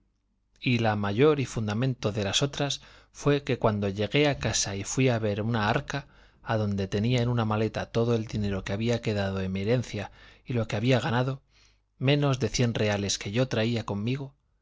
y la mayor y fundamento de las otras fue que cuando llegué a casa y fui a ver una arca adonde tenía en una maleta todo el dinero que había quedado de mi herencia y lo que había ganado menos cien reales que yo traía conmigo